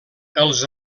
els